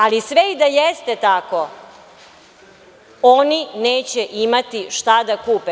Ali, sve i da jeste tako, oni neće imati šta da kupe.